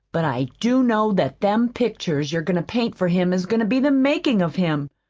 but i do know that them pictures you're goin' to paint for him is goin' to be the makin' of him.